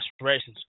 aspirations